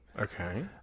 okay